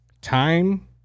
time